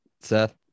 Seth